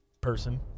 person